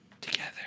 Together